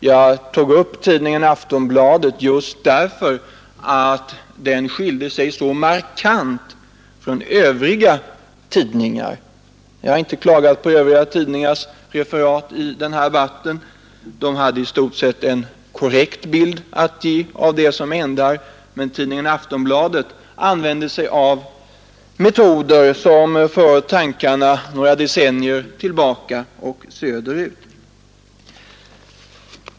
Jag tog upp tidningen Aftonbladets artikel just därför att den skilde sig så markant från övriga tidningars. Deras referat av den förra Vietnamdebatten har jag inte klagat på — de gav en i stort sett korrekt bild av vad som hände. Men tidningen Aftonbladet använde sig av metoder som för tankarna några decennier tillbaka och söderut.